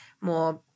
more